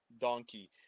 donkey